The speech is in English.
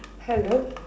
hello